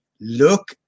Look